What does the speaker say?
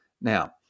Now